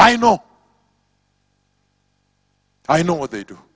i know i know what they do